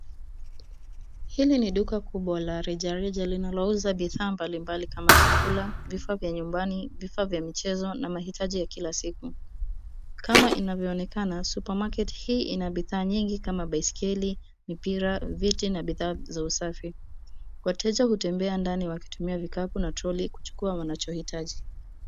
Hili ni duka kubwa la reja reja linalouza bidha mbalimbali kama chakula, vifaa vya nyumbani, vifaa vya michezo na mahitaji ya kila siku. Kama inavyoonekana {cs}supermarket{cs} hii ina bidhaa nyingi kama baiskeli, mipira, viti na bidhaa za usafi. Wateja hutembea ndani wakitumia vikapu na trolli kuchukua wanacho hitaji.